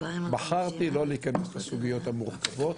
בחרתי לא להיכנס לסוגיות המורכבות,